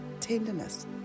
tenderness